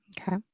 Okay